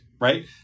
right